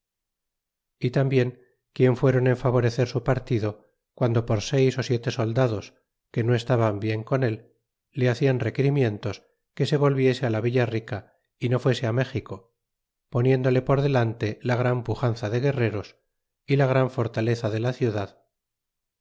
y tambien fuéron en favorecer su partido guando por seis ó siete soldados que ao estaban bi en con él le hacian requerimientos que se volviese la villa rica y no fuese á méxico potendolerer delante la gran pujanza de guerreros y la gran fortaleza de la ciudad